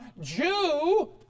Jew